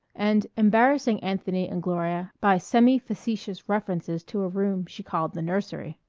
and embarrassing anthony and gloria by semi-facetious references to a room she called the nursery.